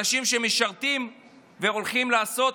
אנשים שמשרתים והולכים לעשות